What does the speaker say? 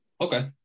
Okay